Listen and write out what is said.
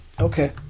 Okay